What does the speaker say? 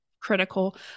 Critical